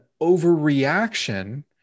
overreaction